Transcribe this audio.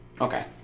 Okay